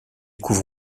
couvre